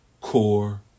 core